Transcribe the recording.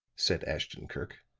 said ashton-kirk,